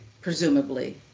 presumably